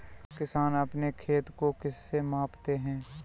किसान अपने खेत को किससे मापते हैं?